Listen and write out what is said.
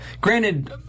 Granted